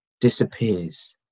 disappears